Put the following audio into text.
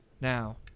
Now